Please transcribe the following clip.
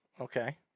Okay